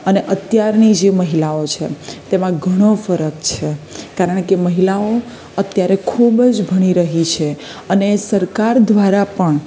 અને અત્યારની જે મહિલાઓ છે તેમાં ઘણો ફરક છે કારણ કે મહિલાઓ અત્યારે ખૂબ જ ભણી રહી છે અને સરકાર દ્વારા પણ